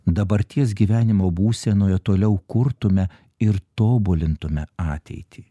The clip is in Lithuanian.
dabarties gyvenimo būsenoje toliau kurtume ir tobulintume ateitį